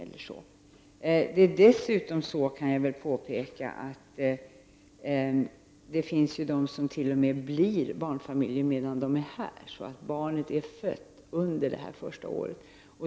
Jag kan också påpeka att det dessutom finns de som blir barnfamiljer medan de är här, om barnet föds under det första året.